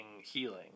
healing